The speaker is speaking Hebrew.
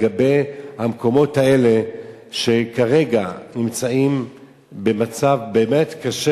לגבי המקומות האלה שכרגע נמצאים במצב באמת קשה,